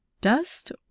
dust